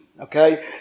Okay